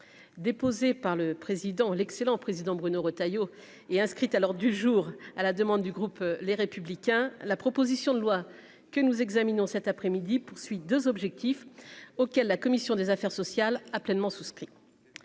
président, l'excellent président Bruno Retailleau est inscrite à l'ordre du jour, à la demande du groupe, les républicains, la proposition de loi que nous examinons cet après-midi, poursuit 2 objectifs auxquels la commission des affaires sociales a pleinement souscrit.